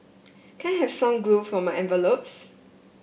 can I have some glue for my envelopes